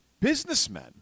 businessmen